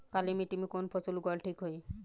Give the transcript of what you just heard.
काली मिट्टी में कवन फसल उगावल ठीक होई?